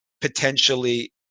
potentially